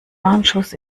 warnschuss